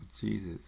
Jesus